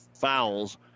fouls